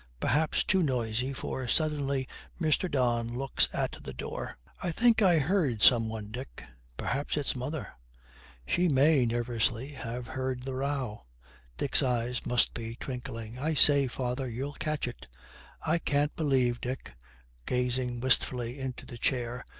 perhaps too noisy, for suddenly mr. don looks at the door. i think i heard some one, dick perhaps it's mother she may nervously, have heard the row dick's eyes must be twinkling. i say, father, you'll catch it i can't believe, dick gazing wistfully into the chair,